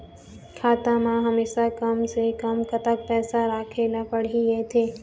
खाता मा हमेशा कम से कम कतक पैसा राखेला पड़ही थे?